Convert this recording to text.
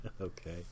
Okay